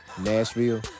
Nashville